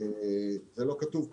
זה לא כתוב ככה.